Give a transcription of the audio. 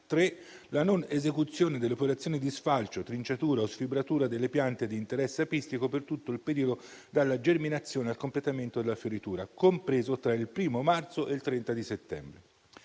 3) la non esecuzione delle operazioni di sfalcio, trinciatura o sfibratura delle piante di interesse apistico per tutto il periodo dalla germinazione al completamento della fioritura, compreso tra il 1° marzo e il 30 settembre.